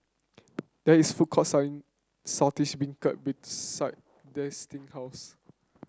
there is a food court selling Saltish Beancurd beside Destin house